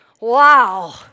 Wow